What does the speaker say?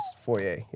foyer